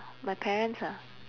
my parents ah